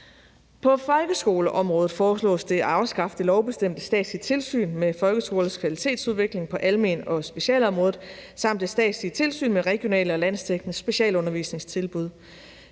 På folkeskoleområdet foreslås det at afskaffe det lovbestemte statslige tilsyn med folkeskolens kvalitetsudvikling på almen- og specialområdet samt det statslige tilsyn med regionale og landsdækkende specialundervisningstilbud.